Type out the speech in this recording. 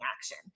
action